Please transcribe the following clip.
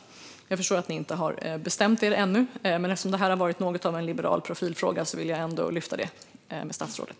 Jag förstår att ni inte har bestämt er ännu, men eftersom detta har varit något av en liberal profilfråga vill jag ändå ta upp detta med statsrådet.